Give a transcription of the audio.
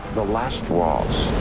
the last waltz.